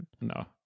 No